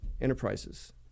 enterprises